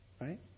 Right